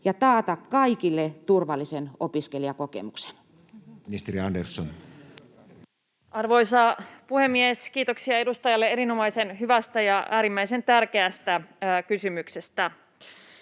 ja taata kaikille turvallisen opiskelijakokemuksen? Ministeri Andersson. Arvoisa puhemies! Kiitoksia edustajalle erinomaisen hyvästä ja äärimmäisen tärkeästä kysymyksestä.